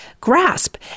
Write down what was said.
grasp